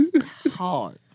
Hard